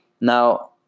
Now